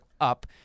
up